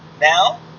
Now